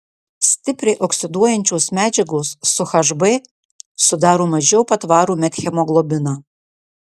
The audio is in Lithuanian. stipriai oksiduojančios medžiagos su hb sudaro mažiau patvarų methemoglobiną